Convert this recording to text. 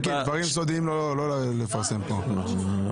אלקין, לא לפרסם כאן דברים סודיים.